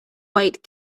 white